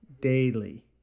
daily